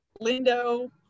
Lindo